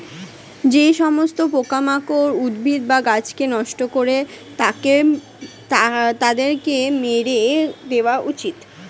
যে সমস্ত পোকামাকড় উদ্ভিদ বা গাছকে নষ্ট করে তাদেরকে মেরে দেওয়া উচিত